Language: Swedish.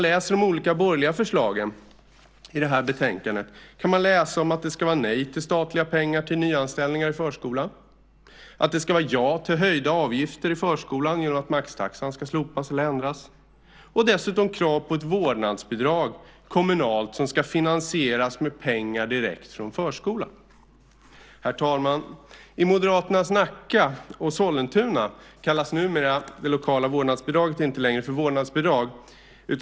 I de olika borgerliga förslagen i betänkandet kan man läsa att det ska vara nej till statliga pengar till nyanställningar i förskolan, att det ska vara ja till höjda avgifter i förskolan genom att maxtaxan ska slopas eller ändras. Dessutom finns krav på ett kommunalt vårdnadsbidrag som ska finansieras med pengar direkt från förskolan. Herr talman! I Moderaternas Nacka och Sollentuna kallas numera det lokala vårdnadsbidraget inte längre för vårdnadsbidrag.